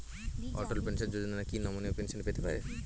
অটল pension Yojana কি নমনীয় pension পেতে পারে?